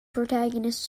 protagonist